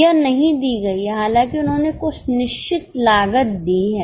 यह नहीं दी गई है हालांकि उन्होंने कुछ निश्चित लागत दी है